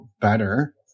better